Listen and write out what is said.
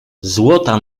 złota